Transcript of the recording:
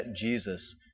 Jesus